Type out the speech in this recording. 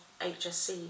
HSC